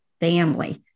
family